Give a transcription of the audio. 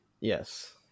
Yes